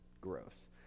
gross